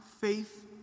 faith